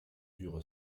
dure